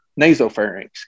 nasopharynx